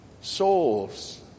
souls